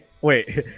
Wait